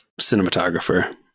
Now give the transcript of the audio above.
cinematographer